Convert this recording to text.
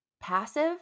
passive